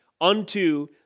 unto